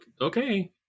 Okay